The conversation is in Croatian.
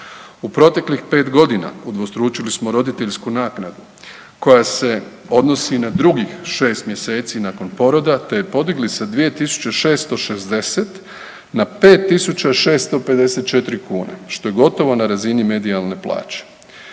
U proteklih 5.g. udvostručili smo roditeljsku naknadu koja se odnosi na drugih 6 mjeseci nakon poroda, te podigli sa 2.660 na 5.654 kune, što je gotovo na razini medijalne plaće.